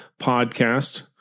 Podcast